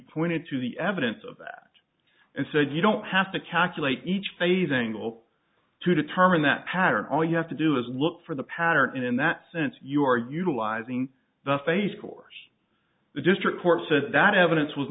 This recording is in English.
pointed to the evidence of that and said you don't have to calculate each phase angle to determine that pattern all you have to do is look for the pattern in that sense you are utilizing the phase cores the district court said that evidence was